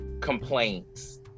complaints